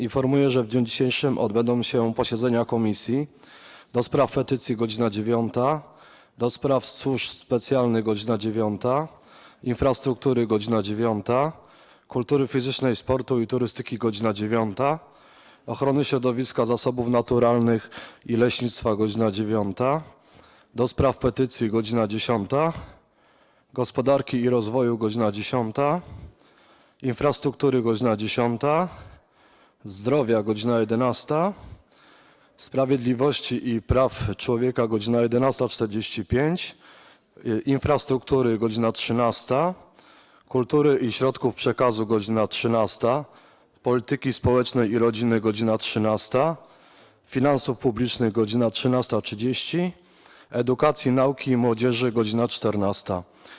Informuję, że w dniu dzisiejszym odbędą się posiedzenia Komisji: - do Spraw Petycji - godz. 9, - do Spraw Służb Specjalnych - godz. 9, - Infrastruktury - godz. 9, - Kultury Fizycznej, Sportu i Turystyki - godz. 9, - Ochrony Środowiska, Zasobów Naturalnych i Leśnictwa - godz. 9, - do Spraw Petycji - godz. 10, - Gospodarki i Rozwoju - godz. 10, - Infrastruktury - godz. 10, - Zdrowia - godz. 11, - Sprawiedliwości i Praw Człowieka - godz. 11.45, - Infrastruktury - godz. 13, - Kultury i Środków Przekazu - godz. 13, - Polityki Społecznej i Rodziny - godz. 13, - Finansów Publicznych - godz. 13.30, - Edukacji, Nauki i Młodzieży - godz. 14.